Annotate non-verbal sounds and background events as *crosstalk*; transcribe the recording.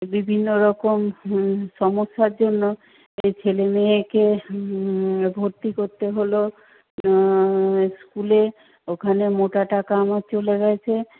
বিভিন্ন রকম *unintelligible* সমস্যার জন্য এই ছেলে মেয়েকে ভর্তি করতে হলো স্কুলে ওখানে মোটা টাকা আমার চলে গেছে